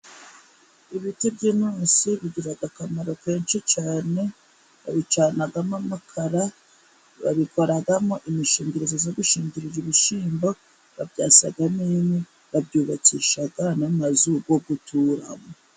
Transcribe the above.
Ibiti by'intusi bigira akamaro kenshi cyane, babicanamo amakara, babikoramo imishingirizo yo gushingirira ibishyimbo, babyasamo n'inkwi, babyubakisha n'amazu yo guturamo.